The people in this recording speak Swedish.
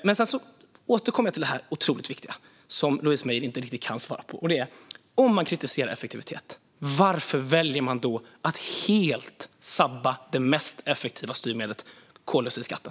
Jag vill återkomma till detta otroligt viktiga som Louise Meijer inte riktigt kan svara på, och det är: Om man kritiserar effektivitet, varför väljer man då att helt sabba det mest effektiva styrmedlet, koldioxidskatten?